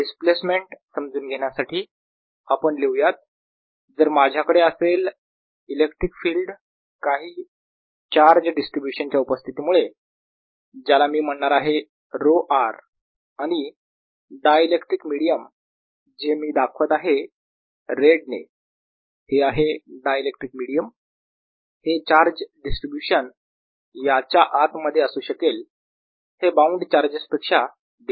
displacement समजून घेण्यासाठी आपण लिहूयात जर माझ्याकडे असेल इलेक्ट्रिक फील्ड काही चार्ज डिस्ट्रीब्यूशन च्या उपस्थितीमुळे ज्याला मी म्हणणार आहे ρ r आणि डायइलेक्ट्रिक मिडीयम जे मी दाखवत आहे रेड ने हे आहे डायइलेक्ट्रिक मिडीयम हे चार्ज डिस्ट्रीब्यूशन याच्या आत मध्ये असू शकेल हे बाउंड चार्जेस पेक्शा डिफरंट आहे